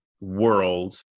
world